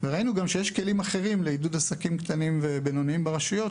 ראינו גם שיש כלים אחרים לעידוד עסקים קטנים ובינוניים ברשויות,